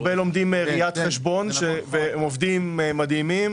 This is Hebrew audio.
הרבה לומדים ראיית חשבון והם עובדים מעולים.